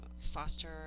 foster